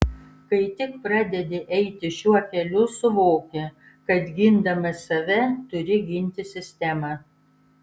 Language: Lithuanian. kai tik pradedi eiti šiuo keliu suvoki kad gindamas save turi ginti sistemą